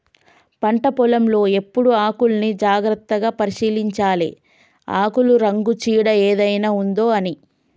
పంట పొలం లో ఎప్పుడు ఆకుల్ని జాగ్రత్తగా పరిశీలించాలె ఆకుల రంగు చీడ ఏదైనా ఉందొ అని